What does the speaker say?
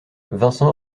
vincent